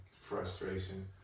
frustration